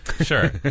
Sure